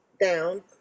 down